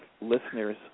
listeners